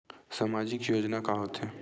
सामाजिक योजना का होथे?